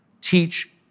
teach